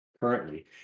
currently